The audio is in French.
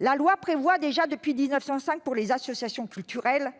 La loi prévoit déjà depuis 1905, pour les associations culturelles,